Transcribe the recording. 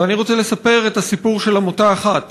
אני רוצה לספר את הסיפור של עמותה אחת,